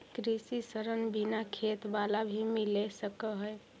कृषि ऋण बिना खेत बाला भी ले सक है?